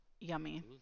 Yummy